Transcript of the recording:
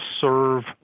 serve